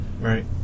right